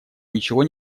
ничего